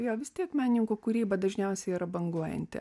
jo vis tiek menininkų kūryba dažniausiai yra banguojanti